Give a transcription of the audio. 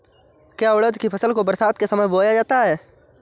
क्या उड़द की फसल को बरसात के समय बोया जाता है?